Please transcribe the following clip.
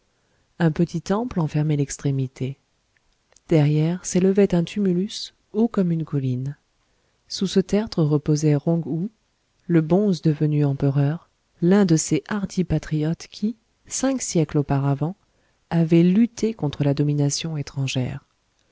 un petit temple en fermait l'extrémité derrière s'élevait un tumulus haut comme une colline sous ce tertre reposait rongou le bonze devenu empereur l'un de ces hardis patriotes qui cinq siècles auparavant avaient lutté contre la domination étrangère